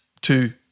two